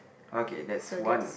okay that's one